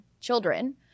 children